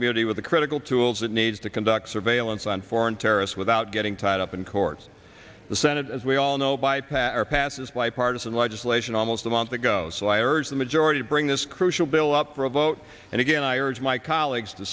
community with the critical tools it needs to conduct surveillance on foreign terrorists without getting tied up in court the senate as we all know by pass our passes bipartisan legislation almost a month ago so i urge the majority to bring this crucial bill up for a vote and again i urge my colleagues to